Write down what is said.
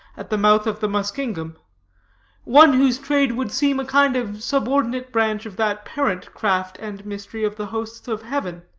at the mouth of the muskingum one whose trade would seem a kind of subordinate branch of that parent craft and mystery of the hosts of heaven,